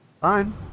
Fine